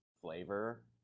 flavor